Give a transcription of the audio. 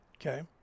Okay